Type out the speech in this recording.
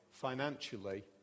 financially